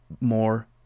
more